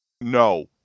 No